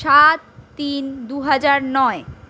সাত তিন দু হাজার নয়